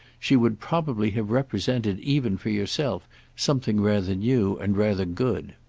she would probably have represented even for yourself something rather new and rather good.